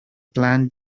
planted